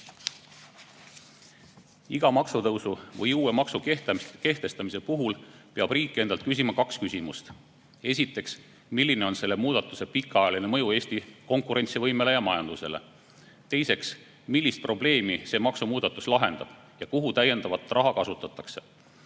maksutõusu või uue maksu kehtestamise puhul peab riik endalt küsima kaks küsimust. Esiteks, milline on selle muudatuse pikaajaline mõju Eesti konkurentsivõimele ja majandusele? Teiseks, millist probleemi see maksumuudatus lahendab ja milleks täiendavat raha kasutatakse?